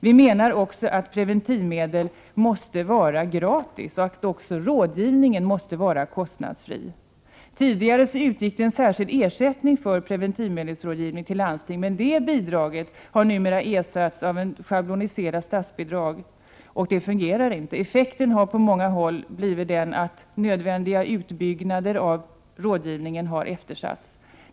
Vi menar också att preventivmedel måste vara gratis och att också rådgivningen måste vara kostnadsfri. Tidigare utgick en särskild ersättning för preventivmedelsrådgivning till landstingen, men det bidraget har numera ersatts av ett schabloniserat statsbidrag, och det fungerar inte. Effekten har på många håll blivit att nödvändiga utbyggnader av rådgivningen har eftersatts.